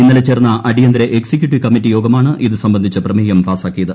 ഇന്നലെ ചേർന്ന അടിയന്തര എക്സിക്യൂട്ടീവ് കമ്മിറ്റി യോഗമാണ് ഇത് സംബന്ധിച്ച പ്രമേയം പാസാക്കിയത്